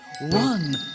one